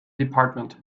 department